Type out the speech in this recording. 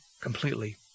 completely